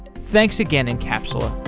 thanks again encapsula